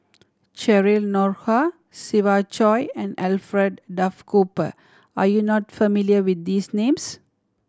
Cheryl Noronha Siva Choy and Alfred Duff Cooper are you not familiar with these names